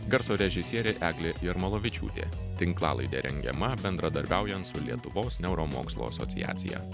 garso režisierė eglė jarmolavičiūtė tinklalaidė rengiama bendradarbiaujant su lietuvos neuromokslų asociacija